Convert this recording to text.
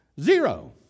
Zero